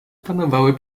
panowały